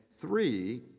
three